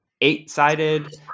eight-sided